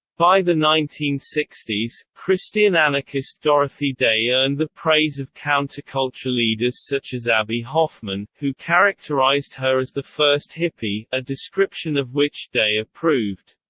by the nineteen sixty s, christian anarchist dorothy day earned the praise of counterculture leaders such as abbie hoffman, who characterized her as the first hippie, a description of which day approved.